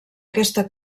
aquesta